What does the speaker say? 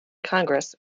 congress